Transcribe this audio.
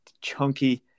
chunky